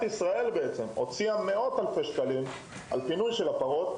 ישראל השקיעה מאות אלפי שקלים על פינוי הפרות,